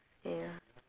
ya